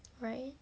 right